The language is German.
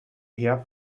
herr